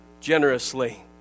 generously